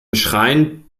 schrein